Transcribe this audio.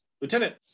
Lieutenant